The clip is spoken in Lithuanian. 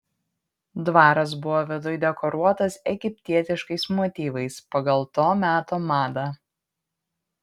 dvaras buvo viduj dekoruotas egiptietiškais motyvais pagal to meto madą